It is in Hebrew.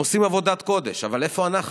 הם עושים עבודת קודש, אבל איפה אנחנו?